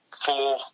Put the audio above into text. four